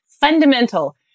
Fundamental